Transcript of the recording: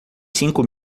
cinco